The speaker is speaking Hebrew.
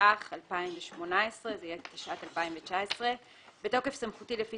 התשע"ח 2018. זה יהיה "התשע"ט 2019". בתוקף סמכותי לפי